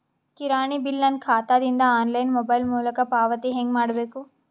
ಕಿರಾಣಿ ಬಿಲ್ ನನ್ನ ಖಾತಾ ದಿಂದ ಆನ್ಲೈನ್ ಮೊಬೈಲ್ ಮೊಲಕ ಪಾವತಿ ಹೆಂಗ್ ಮಾಡಬೇಕು?